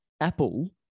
Apple